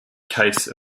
case